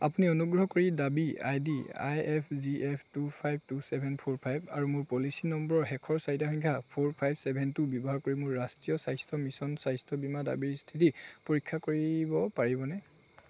আপুনি অনুগ্ৰহ কৰি দাবী I D I F G F two five two seven four five আৰু মোৰ পলিচি নম্বৰৰ শেষৰ চাৰিটা সংখ্যা ফ'ৰ ফাইভ চেভেন টু ব্যৱহাৰ কৰি মোৰ ৰাষ্ট্ৰীয় স্বাস্থ্য মিছন স্বাস্থ্য বীমা দাবীৰ স্থিতি পৰীক্ষা কৰিব পাৰিবনে